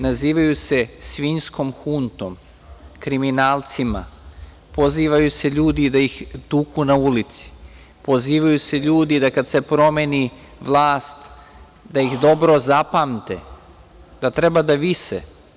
Nazivaju se svinjskom huntom, kriminalcima, pozivaju se ljudi da ih tuku na ulici, pozivaju se ljudi da kada se promeni vlast, da ih dobro zapamte, da treba da vise.